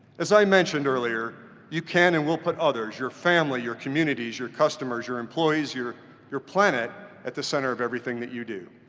as i mentioned earlier, you can and will put others, your family, your communities, your customers, your employees, your your planet at the center of everything you do.